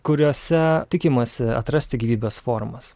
kuriuose tikimasi atrasti gyvybės formas